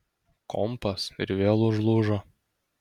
kompas ir vėl užlūžo